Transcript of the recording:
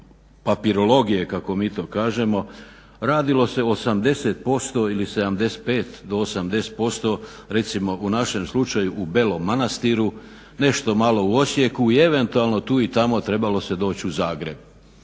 papirologije kako mi to kažemo. Radilo se 80% ili 75-80% recimo u našem slučaju u Belom Manastiru, nešto malo u Osijeku i eventualno tu i tamo trebalo se doći u Zagreb.